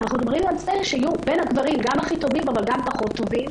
אנחנו מדברים על זה שבין הגברים יהיו גם הכי טובים אבל גם פחות טובים.